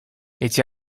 эти